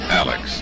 alex